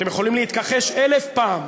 אתם יכולים להתכחש אלף פעם,